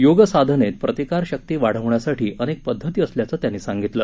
योग साधनेत प्रतिकारशक्ती वाढवण्यासाठी अनेक पद्धती असल्याचं त्यांनी सांगितलं